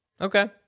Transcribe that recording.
Okay